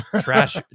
trash